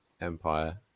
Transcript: Empire